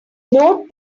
note